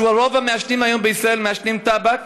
שרוב המעשנים היום בישראל מעשנים טבק?